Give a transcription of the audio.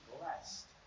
blessed